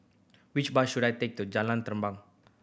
which bus should I take to Jalan Terentang